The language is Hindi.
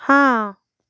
हाँ